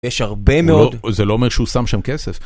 יש הרבה מאוד... זה לא אומר שהוא שם שם כסף?